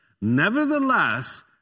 Nevertheless